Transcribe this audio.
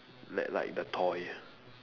like like the toy